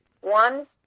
one